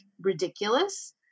ridiculous